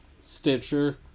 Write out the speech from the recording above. Stitcher